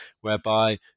whereby